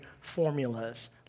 formulas